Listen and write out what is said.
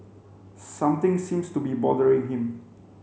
something seems to be bothering him